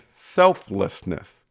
selflessness